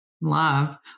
Love